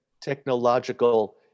technological